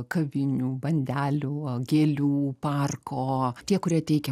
kavinių bandelių gėlių parko tie kurie teikia